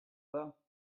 pas